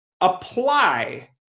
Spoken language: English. apply